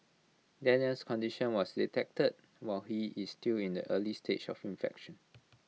Daniel's condition was detected while he is still in the early stage of infection